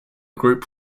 group